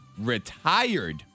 retired